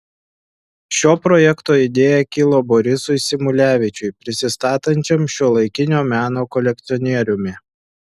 šio projekto idėja kilo borisui symulevičiui prisistatančiam šiuolaikinio meno kolekcionieriumi